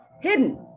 Hidden